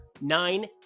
nine